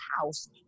house